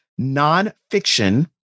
nonfiction